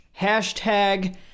hashtag